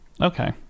Okay